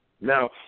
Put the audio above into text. Now